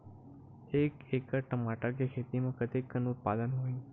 एक एकड़ टमाटर के खेती म कतेकन उत्पादन होही?